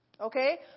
okay